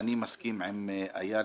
ואני מסכים עם איל,